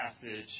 passage